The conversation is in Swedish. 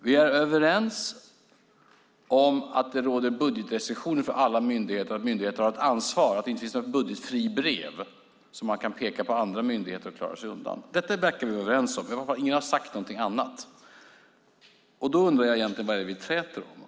Vi är överens om att det råder budgetrestriktioner för alla myndigheter och att myndigheter har ett ansvar, att det inte finns något budgetfribrev som man kan peka på och klara sig undan. Detta verkar vi vara överens om. Ingen har sagt någonting annat. Därför undrar jag vad vi egentligen träter om.